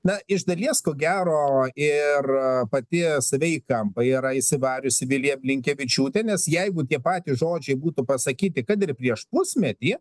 na iš dalies ko gero ir pati save į kampą yra įsivariusi vilija blinkevičiūtė nes jeigu tie patys žodžiai būtų pasakyti kad ir prieš pusmetį